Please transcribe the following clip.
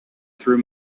through